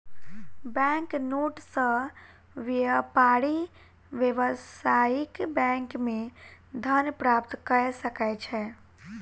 bank note सॅ व्यापारी व्यावसायिक बैंक मे धन प्राप्त कय सकै छै